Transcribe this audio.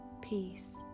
peace